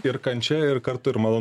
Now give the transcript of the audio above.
ir kančia ir kartu ir malo